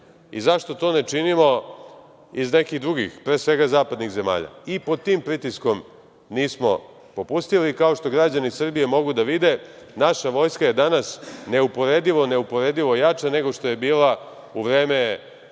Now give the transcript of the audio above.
i zašto to ne činimo iz nekih drugih, pre svega zapadnih, zemalja? I pod tim pritiskom nismo popustili. Kao što građani Srbije mogu da vide, naša vojska je danas neuporedivo jača nego što je bila u vreme